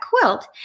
quilt